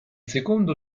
secondo